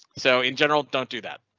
so in general don't do that.